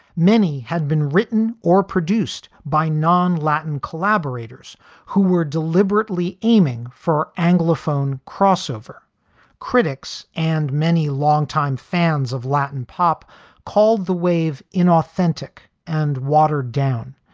many had been written or produced by non-latin collaborators who were deliberately aiming for anglophone crossover critics and many longtime fans of latin pop called the wave inauthentic and watered down.